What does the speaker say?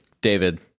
David